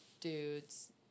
dudes